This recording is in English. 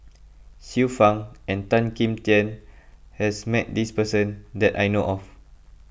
Xiu Fang and Tan Kim Tian has met this person that I know of